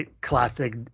classic